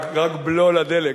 רק בלו לדלק.